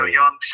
young